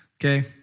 Okay